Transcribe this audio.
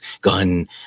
gun